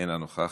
אינה נוכחת,